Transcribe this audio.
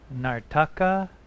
nartaka